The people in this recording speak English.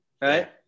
Right